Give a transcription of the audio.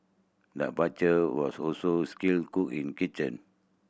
the butcher was also skilled cook in kitchen